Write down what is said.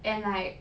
and like